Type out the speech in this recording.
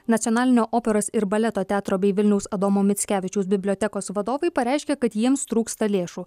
nacionalinio operos ir baleto teatro bei vilniaus adomo mickevičiaus bibliotekos vadovai pareiškė kad jiems trūksta lėšų